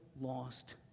lost